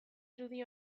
irudi